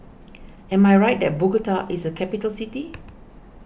am I right that Bogota is a capital city